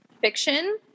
fiction